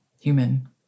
human